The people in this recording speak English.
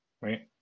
right